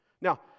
Now